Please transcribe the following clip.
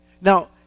Now